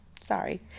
sorry